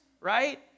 right